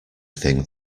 thing